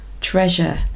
treasure